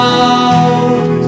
out